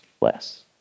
less